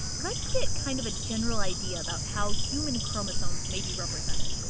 let's get kind of a general idea about how human chromosomes may be represented.